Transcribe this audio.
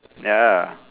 ya